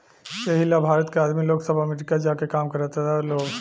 एही ला भारत के आदमी लोग सब अमरीका जा के काम करता लोग